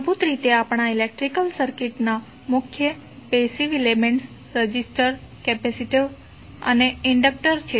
મૂળભૂત રીતે આપણા ઇલેક્ટ્રિકલ સર્કિટ્સના મુખ્ય પેસિવ એલિમેન્ટ્સ રેઝિસ્ટર કેપેસિટર અને inductor resistor capacitor and inductor છે